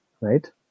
right